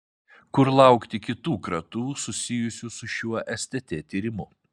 kur laukti kitų kratų susijusių su šiuo stt tyrimu